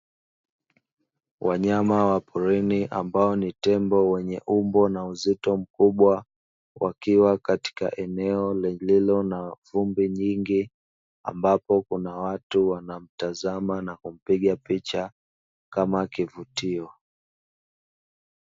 Wanyama wa porini ambao ni tembo wenye umbo na uzito mkubwa, wakiwa katika eneo lililo na vumbi nyingi. Ambapo kuna watu wanamtazama na kumpiga picha, kama kivutio.